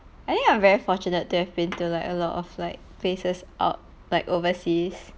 I think I'm very fortunate to have been too like a lot of like places out like overseas